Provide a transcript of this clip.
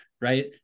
right